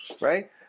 right